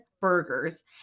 burgers